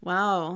Wow